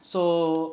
so